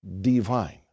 divine